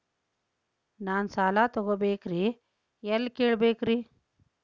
ನಾನು ಸಾಲ ತೊಗೋಬೇಕ್ರಿ ಎಲ್ಲ ಕೇಳಬೇಕ್ರಿ?